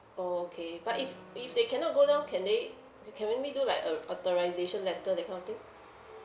orh okay but if if they cannot go down can they you can maybe do like a authorisation letter that kind of thing